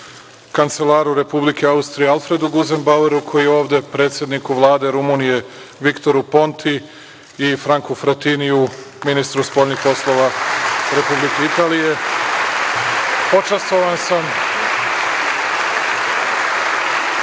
kancelaru Republike Austrije Alfredu Guzenbaueru, koji je ovde, predsedniku Vlade Rumunije Viktoru Ponti i Franku Fratiniju, ministru spoljnih poslova Republike Italije. Počastvovan sam